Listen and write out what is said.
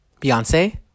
Beyonce